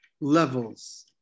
levels